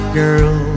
girl